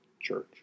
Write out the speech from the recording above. church